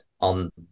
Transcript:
on